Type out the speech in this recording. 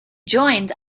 joined